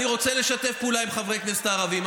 אני רוצה לשתף פעולה עם חברי הכנסת הערבים,